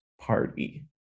party